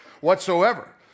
whatsoever